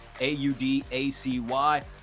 a-u-d-a-c-y